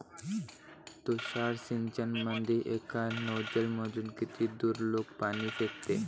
तुषार सिंचनमंदी एका नोजल मधून किती दुरलोक पाणी फेकते?